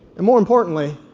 and more importantly,